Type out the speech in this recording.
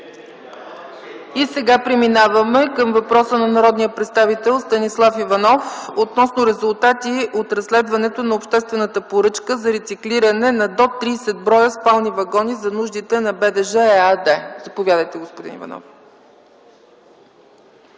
Сега преминаваме към въпроса на народния представител Станислав Иванов относно резултати от разследването на обществената поръчка за рециклиране на до 30 броя спални вагони за нуждите на „БДЖ” ЕАД. Заповядайте, господин Иванов.